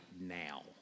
now